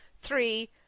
Three